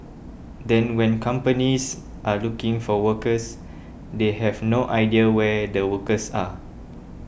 then when companies are looking for workers they have no idea where the workers are